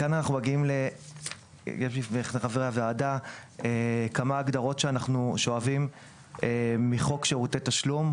כאן אנחנו מגיעים לכמה הגדרות שאנחנו שואבים מחוק שירותי תשלום,